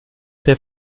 der